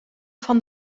van